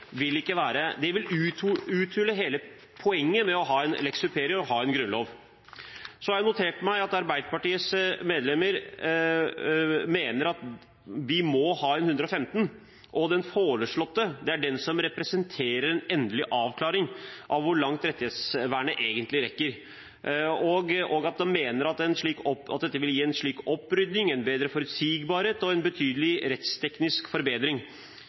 vil uthule hele poenget med å ha en lex superior, ha en grunnlov. Så har jeg notert meg at Arbeiderpartiets medlemmer mener at vi må ha en § 115, og at den foreslåtte er den som representerer en endelig avklaring av hvor langt rettighetsvernet egentlig rekker, og de mener at dette vil gi en slik opprydning, en bedre forutsigbarhet og en betydelig rettsteknisk forbedring.